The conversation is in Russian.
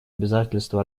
обязательства